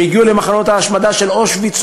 הם הגיעו למחנות ההשמדה של אושוויץ,